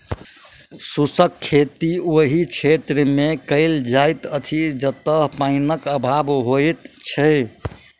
शुष्क खेती ओहि क्षेत्रमे कयल जाइत अछि जतय पाइनक अभाव होइत छै